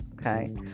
okay